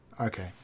okay